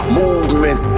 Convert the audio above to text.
movement